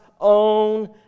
own